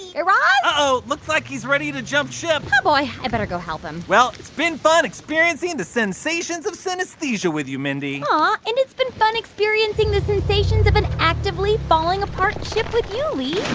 yeah raz? uh-oh. looks like he's ready to jump ship oh, boy. i better go help him well, it's been fun experiencing the sensations of synesthesia with you, mindy and it's been fun experiencing the sensations of an actively falling-apart ship with you, lee